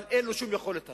אין לו שום יכולת השפעה.